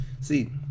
See